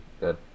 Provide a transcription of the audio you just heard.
good